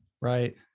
Right